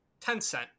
Tencent